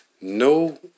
no